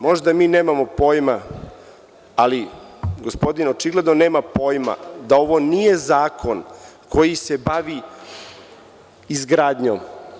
Možda mi nemamo pojma, ali gospodin očigledno nema pojma da ovo nije zakon koji se bavi izgradnjom.